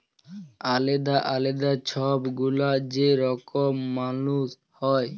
আলেদা আলেদা ছব গুলা যে রকম মালুস হ্যয়